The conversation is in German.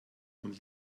und